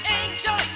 angel